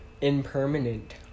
impermanent